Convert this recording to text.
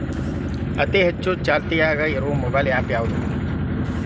ಅತಿ ಹೆಚ್ಚ ಚಾಲ್ತಿಯಾಗ ಇರು ಮೊಬೈಲ್ ಆ್ಯಪ್ ಯಾವುದು?